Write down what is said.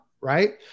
Right